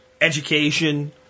education